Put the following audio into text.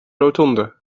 rotonde